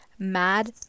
Mad